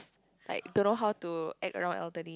like don't know how to act around elderly